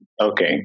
Okay